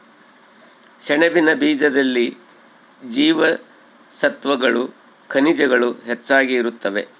ಸೆಣಬಿನ ಬೀಜದಲ್ಲಿ ಜೀವಸತ್ವಗಳು ಖನಿಜಗಳು ಹೆಚ್ಚಾಗಿ ಇರುತ್ತವೆ